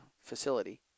facility